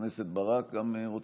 מי שרוצה